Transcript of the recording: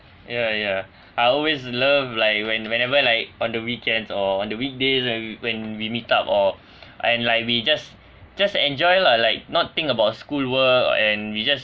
ya ya I always love like when whenever like on the weekends or on the weekdays and when we meet up or and like we just just enjoy lah like not think about schoolwork and we just